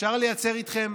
אפשר לייצר איתכם